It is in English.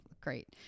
great